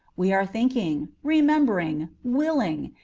we are thinking, remembering, willing,